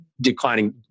declining